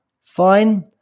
Fine